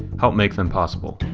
help make them possible.